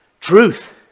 Truth